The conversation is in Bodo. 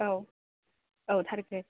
औ औ थार्ट ग्रेट